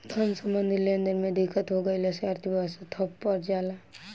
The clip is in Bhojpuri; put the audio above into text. धन सम्बन्धी लेनदेन में दिक्कत हो गइला से अर्थव्यवस्था ठप पर जला